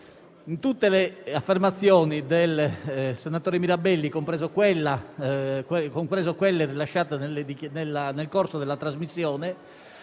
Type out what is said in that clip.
in tutte le affermazioni del senatore Mirabelli, comprese quelle rilasciate nel corso della trasmissione,